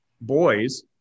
boys